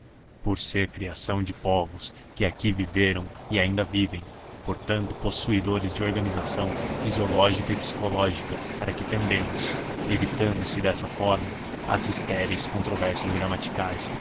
por ser criação de povos que aqui viveram e ainda vivem portanto possuidores da organização fisiológica e psicológica para que tendemos evitando se dessa forma as estéreis controvérsias gramaticais